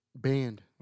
banned